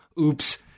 oops